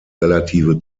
relative